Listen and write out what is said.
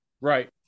right